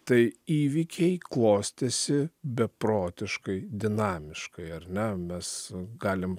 tai įvykiai klostėsi beprotiškai dinamiškai ar ne mes galim